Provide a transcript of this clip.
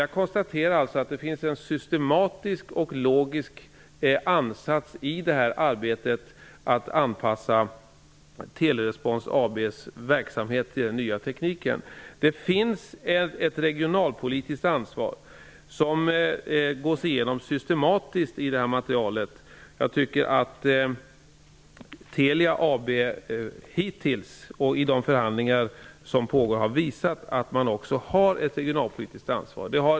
Jag konstaterar alltså att det finns en systematisk och logisk ansats i detta arbete med att anpassa Telerespons AB:s verksamhet till den nya tekniken. Det finns ett regionalpolitiskt ansvar som systematiskt tas upp i materialet. Jag tycker att Telia AB hittills i de förhandlingar som pågår har visat ett regionalpolitiskt ansvar.